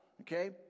okay